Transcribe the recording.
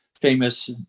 famous